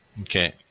Okay